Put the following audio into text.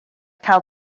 cael